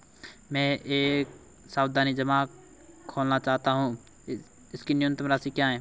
मैं एक सावधि जमा खोलना चाहता हूं इसकी न्यूनतम राशि क्या है?